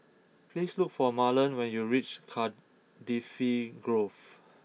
please look for Marlon when you reach Cardifi Grove